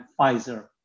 Pfizer